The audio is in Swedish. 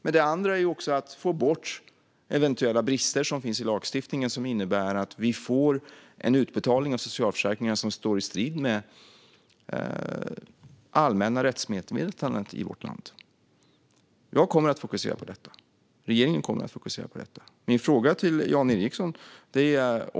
En annan del är att få bort eventuella brister i lagstiftningen som innebär att vi får en utbetalning av socialförsäkringarna som står i strid med det allmänna rättsmedvetandet i vårt land. Jag kommer att fokusera på detta. Regeringen kommer att fokusera på detta.